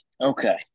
Okay